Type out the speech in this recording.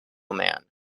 man